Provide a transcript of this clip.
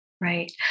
Right